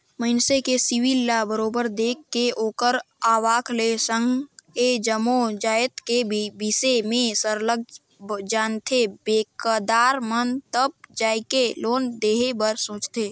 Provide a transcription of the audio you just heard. मइनसे के सिविल ल बरोबर देख के ओखर आवक के संघ ए जम्मो जाएत के बिसे में सरलग जानथें बेंकदार मन तब जाएके लोन देहे बर सोंचथे